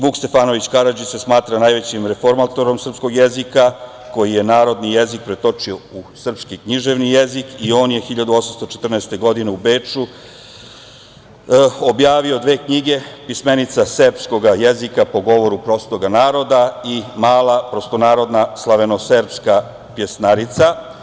Vuk Stefanović Karadžić se smatra najvećim reformatorom srpskog jezika, koji je narodni jezik pretočio u srpski književni jezik i on je 1814. godine u Beču objavio dve knjige – "Pismenica serbskoga jezika po govoru prostoga naroda" i "Mala prostonarodna slaveno-serbska pesnarica"